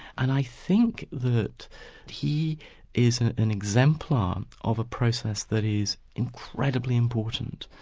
and i think that he is an an exemplar of a process that is incredibly important.